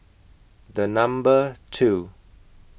The Number two